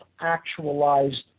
actualized